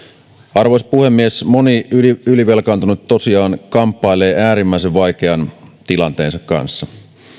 arvoisa puhemies moni ylivelkaantunut tosiaan kamppailee äärimmäisen vaikean tilanteensa kanssa